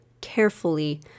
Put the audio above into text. carefully